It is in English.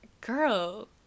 girl